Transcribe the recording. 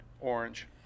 Orange